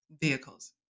vehicles